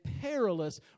perilous